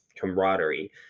camaraderie